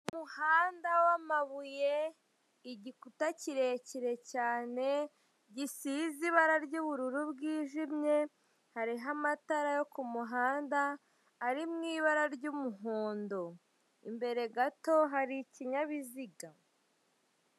Umuhanda wamabuye, igikuta kirekire cyane, gisize ibara ry'ubururu bwijimye, hariho amatara yo kumuhanda ari mu ibara ry'umuhondo. Imbere gato hari ikinyabiziga.